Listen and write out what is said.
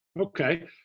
Okay